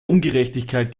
ungerechtigkeit